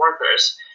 workers